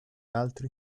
altri